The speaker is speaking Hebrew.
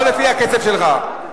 לא לפי הקצב שלך.